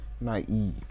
naive